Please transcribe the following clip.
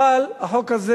אבל החוק הזה